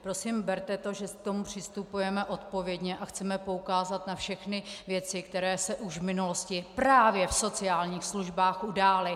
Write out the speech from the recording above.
Prosím berte to, že k tomu přistupujeme odpovědně a chceme poukázat na všechny věci, které se už v minulosti právě v sociálních službách udály.